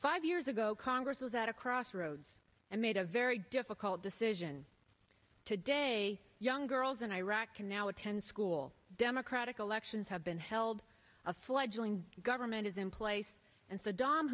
five years ago congress was at a crossroads and made a very difficult decision today young girls in iraq can now attend school democratic elections have been held a fledgling government is in place and saddam